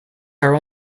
our